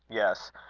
yes.